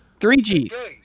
3G